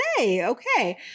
Okay